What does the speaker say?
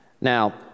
Now